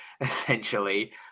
essentially